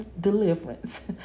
deliverance